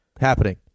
happening